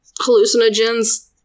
hallucinogens